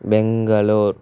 Bangalore